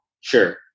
Sure